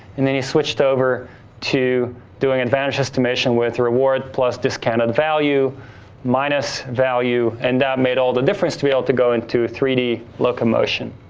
and then, he switched to doing advantage estimation with reward plus discounted value minus value, and that made all the difference to be able to go into three d locomotion.